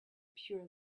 pure